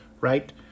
right